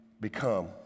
become